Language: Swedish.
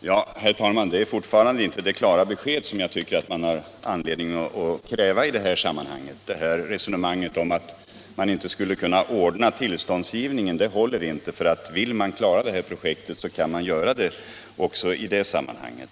Herr talman! Jordbruksministern gav fortfarande inte det klara besked = tioner som jag tycker att det finns anledning att kräva i det här sammanhanget. Resonemanget om att man inte skulle kunna ordna tillståndsgivningen tillfredsställande håller inte, för vill man klara det här projektet så kan man göra det också i den delen.